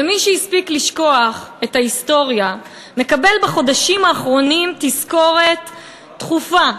ומי שהספיק לשכוח את ההיסטוריה מקבל בחודשים האחרונים תזכורת תכופה,